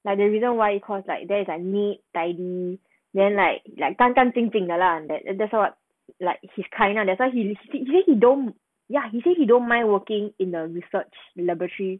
like the reason why you his course like there's like neat tidy then like like 干干净净的 lah that that's what like he's kind lah that's why he he don't ya he said he don't mind working in the research laboratory